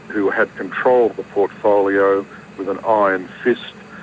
who had controlled the portfolio with an iron fist,